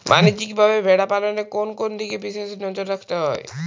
বাণিজ্যিকভাবে ভেড়া পালনে কোন কোন দিকে বিশেষ নজর রাখতে হয়?